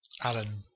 Alan